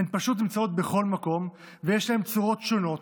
הן פשוט נמצאות בכל מקום, ויש להן צורות שונות,